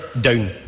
down